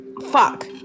Fuck